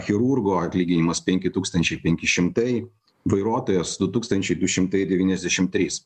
chirurgo atlyginimas penki tūkstančiai penki šimtai vairuotojas du tūkstančiai du šimtai devyniasdešim trys